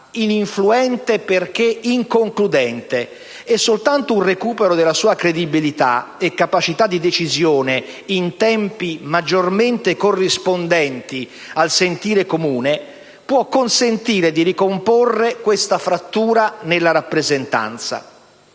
ininfluente perché inconcludente e soltanto un recupero della sua credibilità e capacità di decisione in tempi maggiormente corrispondenti al sentire comune può consentire di ricomporre questa frattura nella rappresentanza.